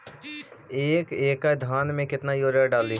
एक एकड़ धान मे कतना यूरिया डाली?